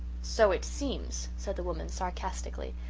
so it seems, said the woman sarcastically.